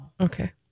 okay